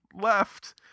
left